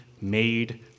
made